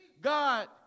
God